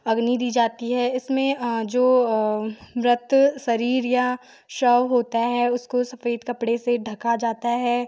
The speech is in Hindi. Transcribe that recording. अग्नि दी जाती है इसमें जो मृत शरीर या शव होता है उसको सफ़ेद कपड़े से ढका जाता है